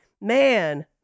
man